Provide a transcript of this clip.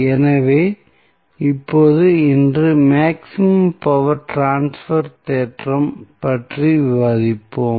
எனவே இப்போது இன்று மேக்ஸிமம் பவர் ட்ரான்ஸ்பர் தேற்றம் பற்றி விவாதிப்போம்